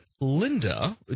Linda